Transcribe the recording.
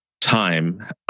time